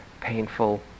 painful